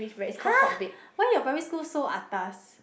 !hah! why your primary school so atas